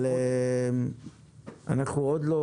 אנחנו עוד לא